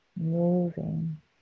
moving